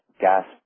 gas